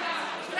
לרבנים מותר?